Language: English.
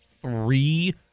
three